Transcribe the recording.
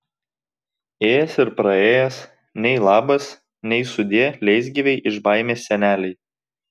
ėjęs ir praėjęs nei labas nei sudie leisgyvei iš baimės senelei